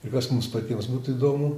ir kas mums patiems būtų įdomu